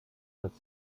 dass